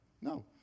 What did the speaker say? No